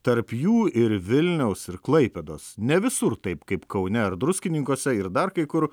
tarp jų ir vilniaus ir klaipėdos ne visur taip kaip kaune ar druskininkuose ir dar kai kur